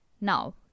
Now